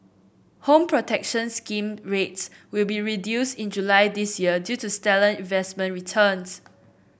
Home Protection Scheme rates will be reduced in July this year due to stellar investment returns